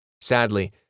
Sadly